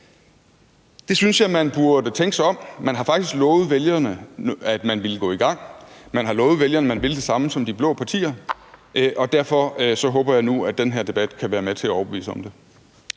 Jeg synes, man burde tænke sig om. Man har faktisk lovet vælgerne, at man ville gå i gang; man har lovet vælgerne, at man ville det samme som de blå partier, og derfor håber jeg nu, at den her debat kan være med til at overbevise om det.